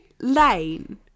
Lane